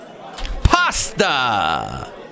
Pasta